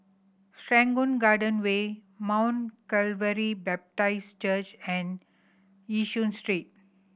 Serangoon Garden Way Mount Calvary Baptist Church and Yishun Street